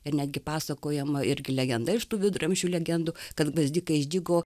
ir netgi pasakojama irgi legenda iš tų viduramžių legendų kad gvazdikai išdygo